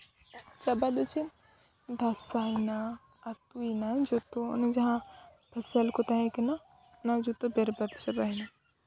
ᱪᱟᱵᱟ ᱫᱚ ᱪᱮᱫ ᱫᱷᱟᱥᱟᱣ ᱮᱱᱟ ᱟᱹᱛᱩᱭᱮᱱᱟ ᱡᱚᱛᱚ ᱚᱱᱮ ᱡᱟᱦᱟᱸ ᱦᱮᱥᱮᱞ ᱠᱚ ᱛᱟᱦᱮᱸ ᱠᱟᱱᱟ ᱚᱱᱟ ᱡᱚᱛᱚ ᱵᱚᱨᱵᱟᱫᱽ ᱪᱟᱵᱟᱭᱮᱱᱟ